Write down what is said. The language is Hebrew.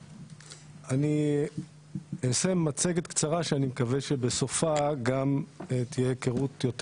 אני אעשה מצגת קצרה שאני מקווה שבסופה גם תהיה היכרות יותר